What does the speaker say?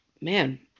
Man